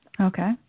Okay